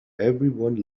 everyone